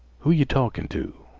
who yeh talkin' to?